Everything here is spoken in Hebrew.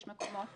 יש מקומות